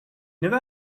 never